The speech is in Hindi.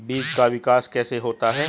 बीज का विकास कैसे होता है?